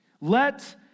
Let